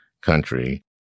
country